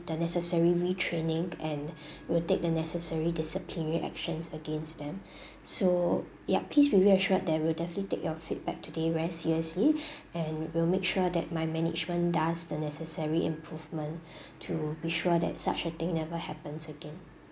the necessary retraining and we will take the necessary disciplinary actions against them so yup please reassured that will definitely take your feedback today very seriously and we will make sure that my management does the necessary improvements to be sure that such a thing never happens again